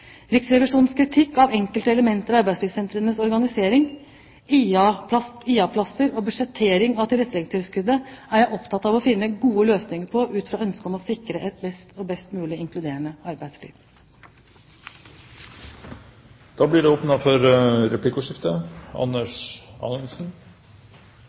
Riksrevisjonens kritikk av enkelte elementer i arbeidslivssentrenes organisering, IA-plasser og budsjettering av tilretteleggingstilskuddet er jeg opptatt av å finne gode løsninger på ut fra ønsket om å sikre et mest mulig inkluderende arbeidsliv. Det blir replikkordskifte. Jeg vil takke statsråden for